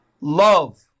love